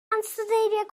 ansoddeiriau